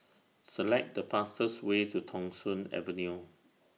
Select The fastest Way to Thong Soon Avenue